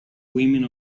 women